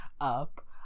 up